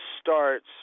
starts